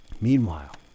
Meanwhile